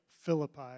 Philippi